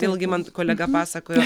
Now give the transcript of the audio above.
vėlgi man kolega pasakojo